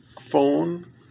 phone